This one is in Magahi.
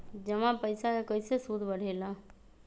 जमा पईसा के कइसे सूद बढे ला?